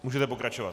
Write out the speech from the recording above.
Můžete pokračovat.